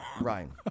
Ryan